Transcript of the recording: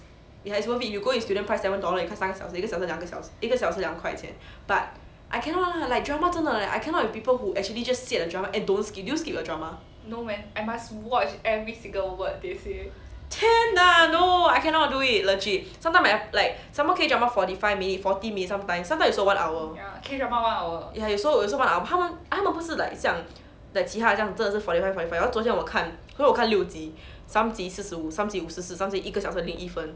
ya it's worth it you go is student price seven dollars 你看三个小时一个小时两个小时一个小时两块钱 but I cannot lah like drama 真的 leh I cannot with people who actually just see the drama and don't skip do you skip your drama 天 ah no I cannot do it legit sometimes I like somemore K drama forty five minute forty minutes sometimes sometimes is also one hour ya 有时有时 one hour 他们他们不是 like 像其他的这样真的是 forty five forty five 昨天我看六集 some 集四十五 some 集五十四 some 集一个小时零一分